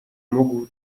mógł